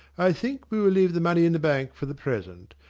i think we will leave the money in the bank for the present.